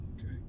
Okay